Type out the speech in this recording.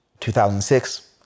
2006